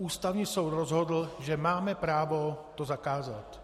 Ústavní soud rozhodl, že máme právo to zakázat.